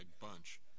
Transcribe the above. bunch